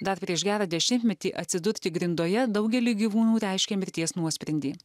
dar prieš gerą dešimtmetį atsidurti grindoje daugelį gyvūnų reiškė mirties nuosprendį